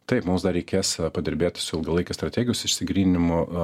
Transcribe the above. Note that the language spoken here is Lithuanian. taip mums dar reikės padirbėt su ilgalaikės strategijos išsigryninimu